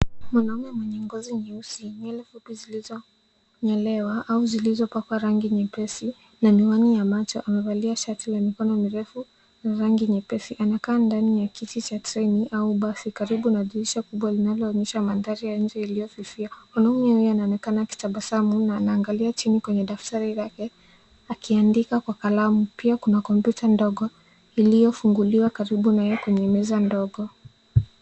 Mwanaume mwenye ngozi nyeusi, nywele fupi zilizonyolewa au zilizopakwa rangi nyeupe, na miwani ya macho amevalia shati yenye mikono mirefu ya rangi nyepesi. Amekaa ndani ya kiti cha treni au basi karibu na dirisha kubwa linaloonyesha mandhari ya nje iliyofifia. Mwanaume huyu anaonekana akitabasamu na anaangalia chini kwenye daftari lake akiandika kwa kalamu. Pia kuna kompyuta ndogo iliyofunguliwa karibu na yeye kwenye meza ndogo.